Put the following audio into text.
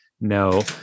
No